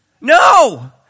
No